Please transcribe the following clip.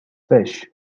fish